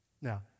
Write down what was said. Now